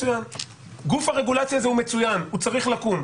גוף הרגולציה הזה הוא מצוין, הוא צריך לקום.